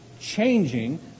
changing